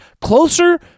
closer